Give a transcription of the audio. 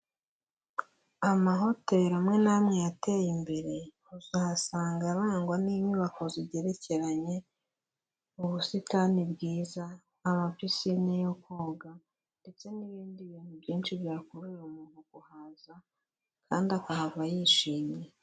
Amahoteli amwe n'amwe yateye imbere uzahasanga arangwa n'inyubako zigerekeranye, ubusitani bwiza, amapisine yo koga ndetse n'ibindi bintu byinshi byakururira umuntu kuhaza kandi akahava yishimye.